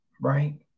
right